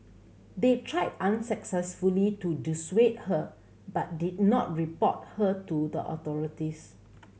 they tried unsuccessfully to dissuade her but did not report her to the authorities